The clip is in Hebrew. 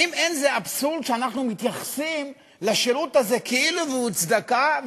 האם אין זה אבסורד שאנחנו מתייחסים לשירות הזה כאילו הוא צדקה,